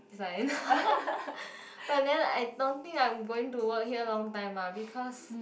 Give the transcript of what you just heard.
resign but then I don't think I'm going to work here long time ah because